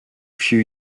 few